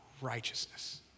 righteousness